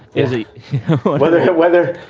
is it weather? hot weather,